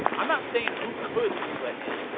i'm not saying who could you let in,